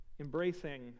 Embracing